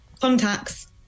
contacts